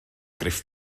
gruff